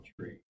tree